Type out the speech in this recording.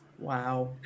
Wow